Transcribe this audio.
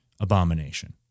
abomination